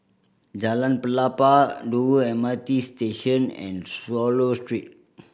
Jalan Pelepah Dover M R T Station and Swallow Street